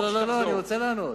לא, אני רוצה לענות.